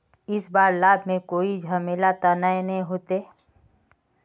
इ सब लाभ में कोई झमेला ते नय ने होते?